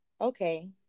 Okay